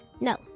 No